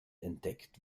entdeckt